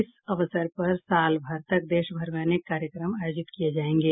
इस अवसर पर सालभर तक देशभर में अनेक कार्यक्रम आयोजित किए जाएंगे